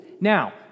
Now